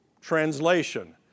translation